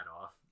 off